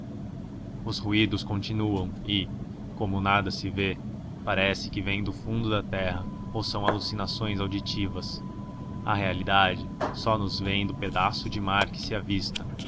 os ruídos continuam e como nada se vê parece que vêm do fundo da terra ou são alucinações auditivas a realidade só nos vem do pedaço de mar que se avista